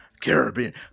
Caribbean